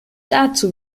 dazu